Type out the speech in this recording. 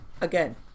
again